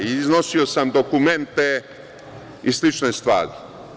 Iznosio sam dokumente i slične stvari.